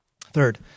third